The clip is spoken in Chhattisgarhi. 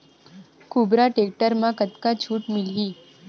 कुबटा टेक्टर म कतका छूट मिलही?